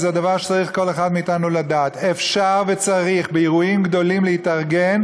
וזה דבר שצריך כל אחד מאתנו לדעת: אפשר וצריך באירועים גדולים להתארגן.